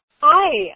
Hi